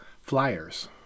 flyers